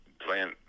playing